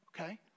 okay